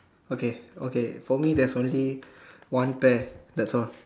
okay okay for me there's only one pear that's all